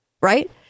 right